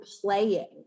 playing